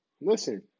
Listen